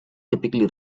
typically